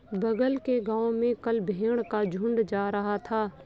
बगल के गांव में कल भेड़ का झुंड जा रहा था